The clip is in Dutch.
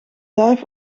duif